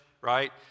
right